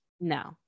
no